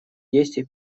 действий